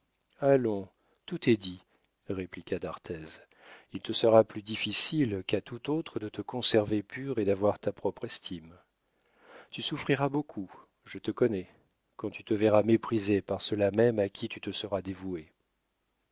allons tout est dit répliqua d'arthez il te sera plus difficile qu'à tout autre de te conserver pur et d'avoir ta propre estime tu souffriras beaucoup je te connais quand tu te verras méprisé par ceux-là même à qui tu te seras dévoué